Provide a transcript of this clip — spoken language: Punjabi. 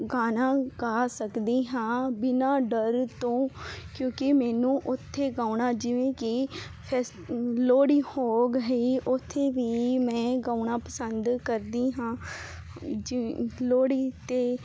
ਗਾਣਾ ਗਾ ਸਕਦੀ ਹਾਂ ਬਿਨਾਂ ਡਰ ਤੋਂ ਕਿਉਂਕੀ ਮੈਨੂੰ ਉੱਥੇ ਗਾਉਣਾ ਜਿਵੇਂ ਕੀ ਲੋਹੜੀ ਹੋ ਗਹੀ ਉੱਥੇ ਵੀ ਮੈਂ ਗਾਉਣਾ ਪਸੰਦ ਕਰਦੀ ਹਾਂ ਜੀ ਲੋਹੜੀ ਤੇ